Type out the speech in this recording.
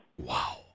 Wow